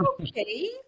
Okay